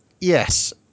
yes